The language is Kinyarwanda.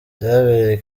byabereye